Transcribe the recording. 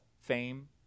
Fame